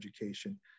education